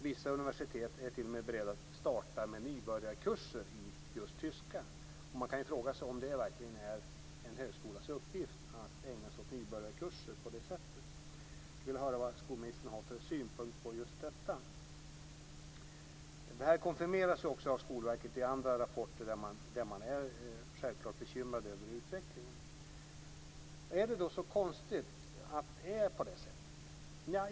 Vissa universitet är t.o.m. beredda att starta nybörjarkurser i just tyska. Och man kan fråga sig om det verkligen är en högskolas uppgift att ägna sig åt nybörjarkurser på det sättet. Jag skulle vilja höra vad skolministern har för synpunkt på just detta. Detta konfirmeras också av Skolverket i andra rapporter där man självklart är bekymrad över utvecklingen. Är det då så konstigt att det är på det sättet?